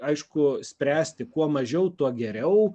aišku spręsti kuo mažiau tuo geriau